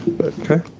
Okay